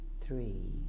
three